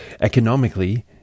economically